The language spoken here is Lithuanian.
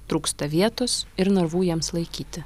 trūksta vietos ir narvų jiems laikyti